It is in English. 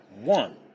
One